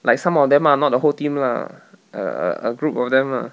like some of them ah not the whole team lah err a group of them lah